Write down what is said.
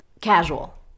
Casual